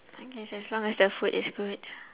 I guess as long as the food is good